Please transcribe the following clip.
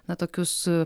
na tokius